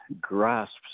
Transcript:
grasps